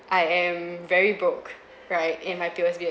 I am very broke right in my P_O_S_B